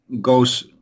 goes